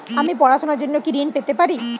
আমি পড়াশুনার জন্য কি ঋন পেতে পারি?